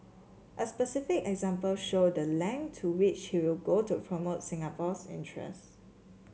a specific example showed the length to which he will go to promote Singapore's interest